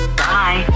bye